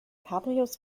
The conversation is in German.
cabrios